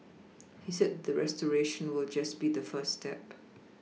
he said the restoration will just be the first step